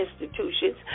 Institutions